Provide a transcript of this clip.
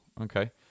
okay